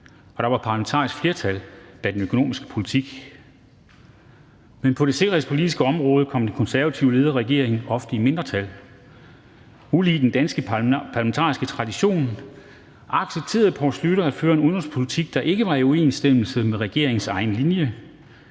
og der var parlamentarisk flertal bag den økonomiske politik. Men på det sikkerhedspolitiske område kom den konservativt ledede regering ofte i mindretal. Ulige den danske parlamentariske tradition accepterede Poul Schlüter at føre en udenrigspolitik, der ikke var i overensstemmelse med regeringens egen linje.